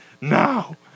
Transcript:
now